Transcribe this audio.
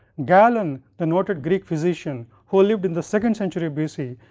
galen, the noted greek physician who lived in the second century bc,